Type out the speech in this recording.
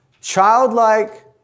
childlike